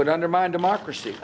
would undermine democracy